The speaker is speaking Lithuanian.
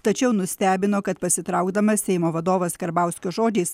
tačiau nustebino kad pasitraukdamas seimo vadovas karbauskio žodžiais